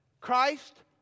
Christ